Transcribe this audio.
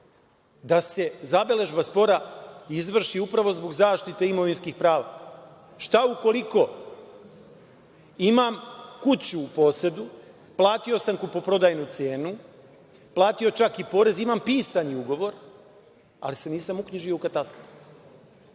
da se zabeležba spora izvrši upravo zbog zaštite imovinskih prava. Šta ukoliko imam kuću u posedu, platio sam kupoprodajnu cenu, platio čak i porez, imam pisani ugovor, ali se nisam uknjižio u katastar?